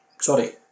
Sorry